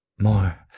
More